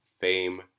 Fame